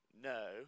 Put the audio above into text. No